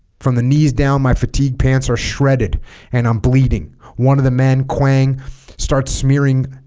from the knees down my fatigue pants are shredded and i'm bleeding one of the men clang starts smearing